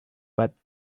but